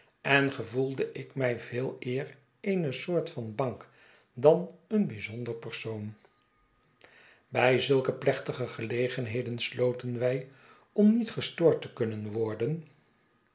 en gevoelde ik mij veeleer eene soort van bank dan een bijzonder persoon pij zulke plechtige gelegenheden sloten wij om niet gestoord te kunnen worden